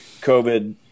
COVID